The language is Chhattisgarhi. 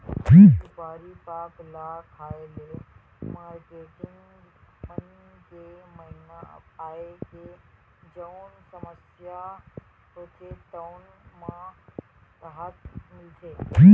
सुपारी पाक ल खाए ले मारकेटिंग मन के महिना आए के जउन समस्या होथे तउन म राहत मिलथे